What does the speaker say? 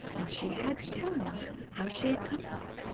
and she had to tell him how she had come there.